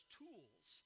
tools